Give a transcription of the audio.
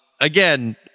Again